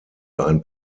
ein